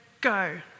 go